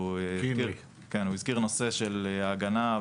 הזכיר את נושא הגנה,